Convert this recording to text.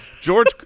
George